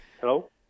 Hello